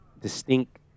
distinct